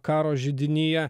karo židinyje